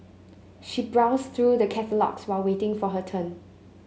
she browsed through the catalogues while waiting for her turn